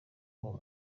uwo